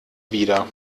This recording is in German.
wieder